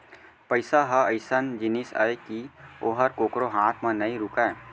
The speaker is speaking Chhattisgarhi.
पइसा ह अइसन जिनिस अय कि ओहर कोकरो हाथ म नइ रूकय